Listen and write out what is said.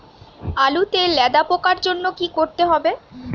আলুতে লেদা পোকার জন্য কি করতে হবে?